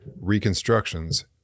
reconstructions